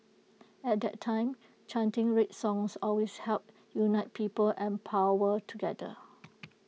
at that time chanting red songs always helped unite people and power together